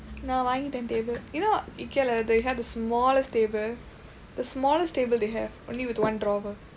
now I need a table you know Ikea ah they have this smallest table the smallest they have only with one drawer